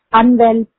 unwell